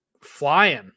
flying